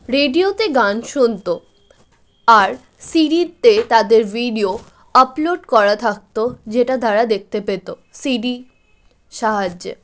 রেডিওতে গান শুনতো আর সি ডিতে তাদের ভিডিও আপলোড করা থাকতো যেটা তারা দেখতে পেতো সিডি সাহায্যে